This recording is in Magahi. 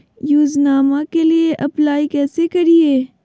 योजनामा के लिए अप्लाई कैसे करिए?